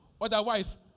Otherwise